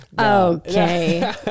Okay